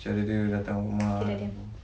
cara dia datang rumah